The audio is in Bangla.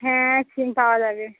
হ্যাঁ সিম পাওয়া যাবে